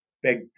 begged